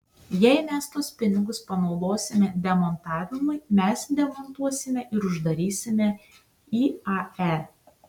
jei mes tuos pinigus panaudosime demontavimui mes demontuosime ir uždarysime iae